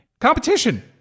Competition